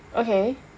okay